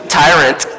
tyrant